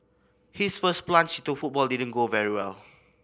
his first plunge to football didn't go very well